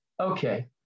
Okay